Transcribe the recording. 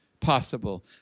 possible